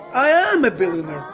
i am a billionaire,